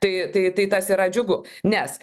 tai tai tai tas yra džiugu nes